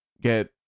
get